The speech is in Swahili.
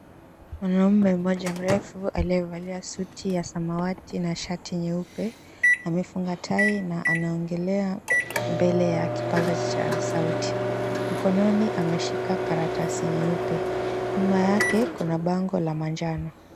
Mwanaume mmoja mrefu aliye valia suti ya samawati na shati nyeupe amefunga tai na anaongelea mbele ya kipaza sauti mkononi ameshika karatasi nyeupe nyuma yake kuna bango la manjano.